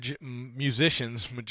musicians